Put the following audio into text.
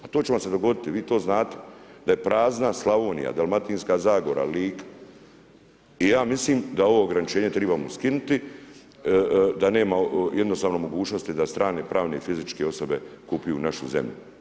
A to će vam se dogoditi, vi to znate, da je prazna Slavonija, Dalmatinska zagora, Lika i ja mislim da ovo ograničenje trebamo skinuti, da nema jednostavno mogućnosti da strane pravne i fizičke osobe kupuju našu zemlju.